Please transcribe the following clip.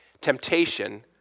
temptation